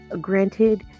Granted